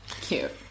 Cute